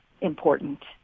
important